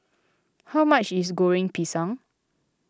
how much is Goreng Pisang